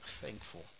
Thankful